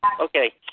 Okay